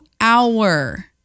hour